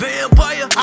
Vampire